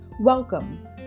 Welcome